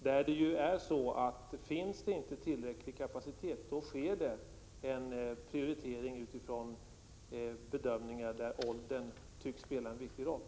Om det inte finns tillräcklig kapacitet där, gör man en prioritering utifrån bedömningar där åldern tycks spela en viktig roll.